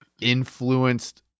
influenced